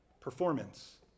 performance